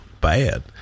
bad